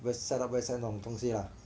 你们 set up website 那种东西啦